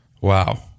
Wow